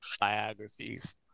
biographies